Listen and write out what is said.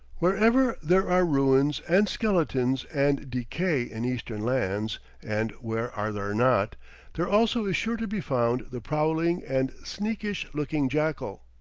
wherever there are ruins and skeletons and decay in eastern lands and where are there not there also is sure to be found the prowling and sneakish-looking jackal.